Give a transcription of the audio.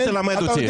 בוא תלמד אותי.